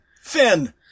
Finn